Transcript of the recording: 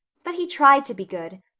but he tried to be good.